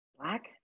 black